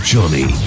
Johnny